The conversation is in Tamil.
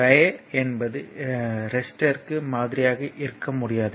வையர் என்பது ரெசிஸ்டர்க்கு மாதிரியாக இருக்க முடியாது